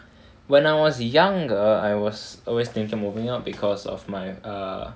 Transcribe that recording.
when I was younger I was always thinking of moving out because of my err